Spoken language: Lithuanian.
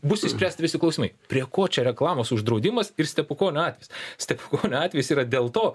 bus išspręsti visi klausimai prie ko čia reklamos uždraudimas ir stepukonio atvejis stepukonio atvejis yra dėl to